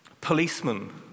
policeman